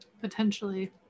Potentially